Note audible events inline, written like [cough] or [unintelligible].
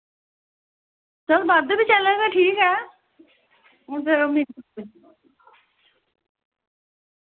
चलो बद्ध बी चलग ठीक ऐ [unintelligible]